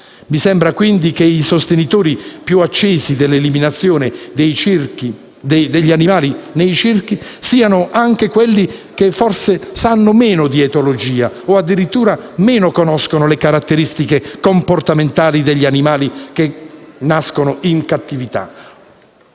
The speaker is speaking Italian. Mi sembra quindi che i sostenitori più accesi dell'eliminazione degli animali nei circhi siano anche quelli che forse sanno meno di etologia e addirittura meno conoscono le caratteristiche comportamentali degli animali che nascono in cattività.